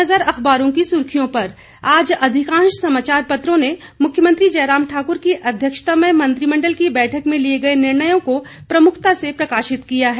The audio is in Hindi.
अब एक नजर अखबारों की सुर्खियों पर आज अधिकांश समाचार पत्रों ने मुख्यमंत्री जयराम ठाकुर की अध्यक्षता में मंत्रिमंडल की बैठक में लिए गए निर्णयों को प्रमुखता से प्रकाशित किया है